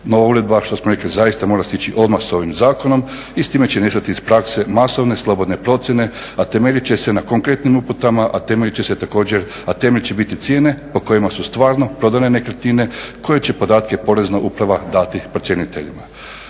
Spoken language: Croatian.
Nova uredba što smo rekli zaista mora stići odmah s ovim zakonom i s time će nestati iz prakse masovne slobodne procjene, a temeljit će se na konkretnim uputama, a temelj će biti cijene po kojima su stvarno prodane nekretnine koje će podatke Porezna uprava dati procjeniteljima.